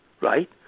right